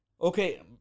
Okay